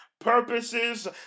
purposes